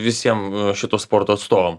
visiem šito sporto atstovam